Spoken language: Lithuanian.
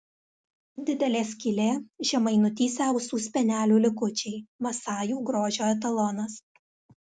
didelė skylė žemai nutįsę ausų spenelių likučiai masajų grožio etalonas